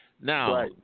Now